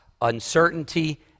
uncertainty